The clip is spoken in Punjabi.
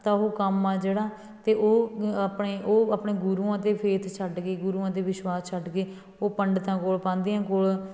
ਤਾਂ ਉਹ ਕੰਮ ਆ ਜਿਹੜਾ ਅਤੇ ਉਹ ਆਪਣੇ ਉਹ ਆਪਣੇ ਗੁਰੂਆਂ 'ਤੇ ਫੇਥ ਛੱਡ ਕੇ ਗੁਰੂਆਂ 'ਤੇ ਵਿਸ਼ਵਾਸ ਛੱਡ ਕੇ ਉਹ ਪੰਡਤਾਂ ਕੋਲ ਪਾਂਧਿਆਂ ਕੋਲ